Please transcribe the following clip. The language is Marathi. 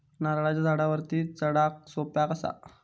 नारळाच्या झाडावरती चडाक सोप्या कसा?